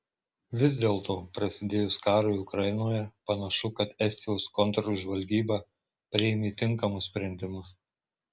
vis dėlto prasidėjus karui ukrainoje panašu kad estijos kontržvalgyba priėmė tinkamus sprendimus